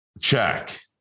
check